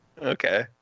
Okay